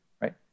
right